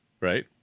right